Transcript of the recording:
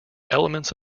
elements